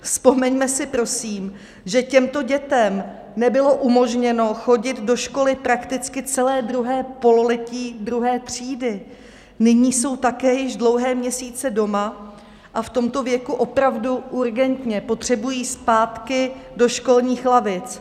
Vzpomeňme si, prosím, že těmto dětem nebylo umožněno chodit do školy prakticky celé druhé pololetí druhé třídy, nyní jsou také již dlouhé měsíce doma a v tomto věku opravdu urgentně potřebují zpátky do školních lavic.